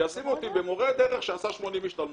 שישימו אותי במורי דרך שעשו 80 השתלמויות.